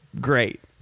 Great